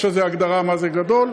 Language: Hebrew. ויש הגדרה מה זה "גדול",